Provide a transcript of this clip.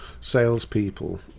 salespeople